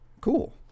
Cool